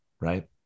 Right